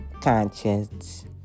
Conscience